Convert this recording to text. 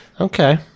Okay